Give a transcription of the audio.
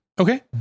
Okay